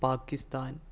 Pakistan